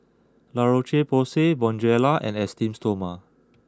La Roche Porsay Bonjela and Esteem Stoma